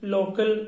Local